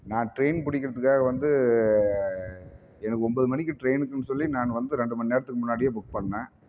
நான் ட்ரைன் பிடிக்கிறதுக்காக வந்து எனக்கு ஒம்பது மணிக்கு ட்ரைனுக்கு சொல்லி நானு வந்து ரெண்டு மணிநேரத்துக்கு முன்னாடியே புக் பண்ணேன்